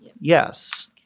yes